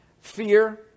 fear